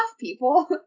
people